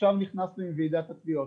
עכשיו נכנסנו עם ועידת התביעות.